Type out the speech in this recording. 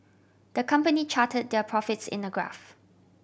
the company charted their profits in a graph